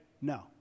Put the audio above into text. no